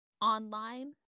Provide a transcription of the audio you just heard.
online